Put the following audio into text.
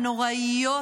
הנוראיות,